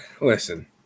Listen –